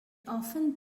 often